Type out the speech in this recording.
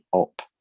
up